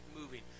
moving